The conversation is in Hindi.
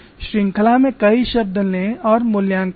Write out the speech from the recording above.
श्रृंखला में कई शब्द लें और मूल्यांकन करें